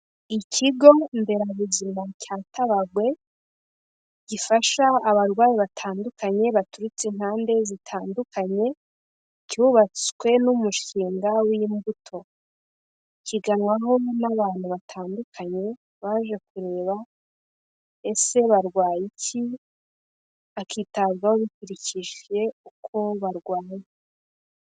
Ikigo nderabuzima cya Tabagwe gifasha abarwayi batandukanye baturutse impande zitandukanye, cyubatswe n'umushinga w'Imbuto, kiganwaho n'abantu batandukanye baje kureba ese barwaye iki? Bakitabwaho bikurikije uko barwaye.